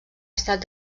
estat